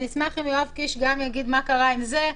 ונשמח אם יואב קיש יגיד מה קרה אם זה.